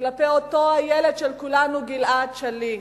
כלפי אותו הילד של כולנו, גלעד שליט.